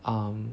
um